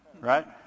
right